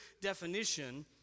definition